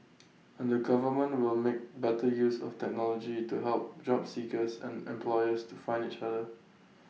and the government will make better use of technology to help job seekers and employers to find each other